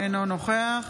אינו נוכח